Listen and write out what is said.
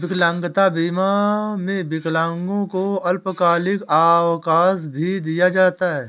विकलांगता बीमा में विकलांगों को अल्पकालिक अवकाश भी दिया जाता है